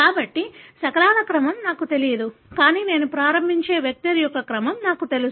కాబట్టి శకలాల క్రమం నాకు తెలియదు కానీ నేను ప్రారంభించే వెక్టర్ యొక్క క్రమం నాకు తెలుసు